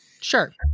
Sure